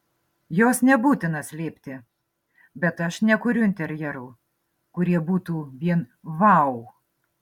jos nebūtina slėpti bet aš nekuriu interjerų kurie būtų vien vau